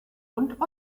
und